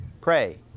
Pray